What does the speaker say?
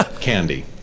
Candy